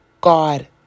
God